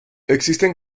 existen